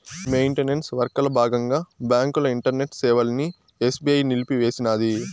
maintenance వర్కల బాగంగా బాంకుల ఇంటర్నెట్ సేవలని ఎస్బీఐ నిలిపేసినాది